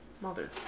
Mother